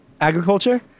agriculture